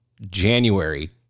January